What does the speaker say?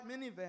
minivan